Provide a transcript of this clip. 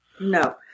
No